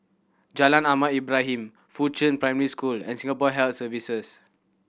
Jalan Ahmad Ibrahim Fuchun Primary School and Singapore Health Services